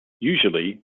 usually